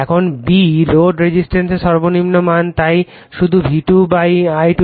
এখন b load রেজিসটেন্সের সর্বনিম্ন মান তাই শুধু V2 I2